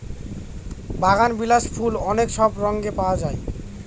বাগানবিলাস ফুল অনেক সব রঙে পাওয়া যায়